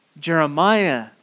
Jeremiah